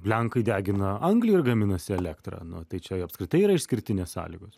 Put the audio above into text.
lenkai degina anglį ir gaminasi elektrą nu tai čia jau apskritai yra išskirtinės sąlygos